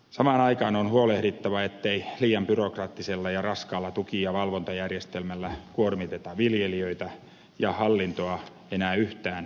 samaan aikaan on huolehdittava ettei liian byrokraattisella ja raskaalla tuki ja valvontajärjestelmällä kuormiteta viljelijöitä ja hallintoa enää yhtään enempää